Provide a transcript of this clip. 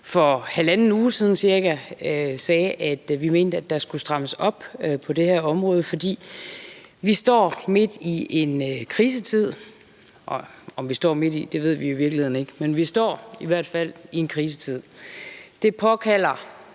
cirka halvanden uge siden sagde, at vi mente, at der skulle strammes på det her område, for vi står midt i en krisetid – om vi står midt i den, ved vi i virkeligheden ikke, men vi står i hvert fald i en krisetid. Det kalder